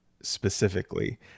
specifically